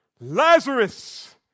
Lazarus